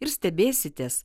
ir stebėsitės